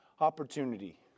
opportunity